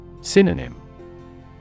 Synonym